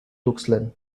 tuxtlan